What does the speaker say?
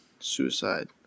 suicide